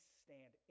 stand